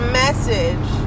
message